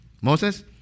Moses